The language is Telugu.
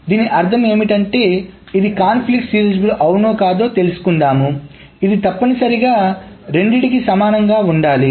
దీని అర్థం ఏమిటంటే ఇది కాన్ఫ్లిక్ట్ సీరియలైజేబుల్ అవునో కాదో తెలుసుకుందాము ఇది తప్పనిసరిగా రెండింటికి సమానంగా ఉండాలి